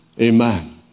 amen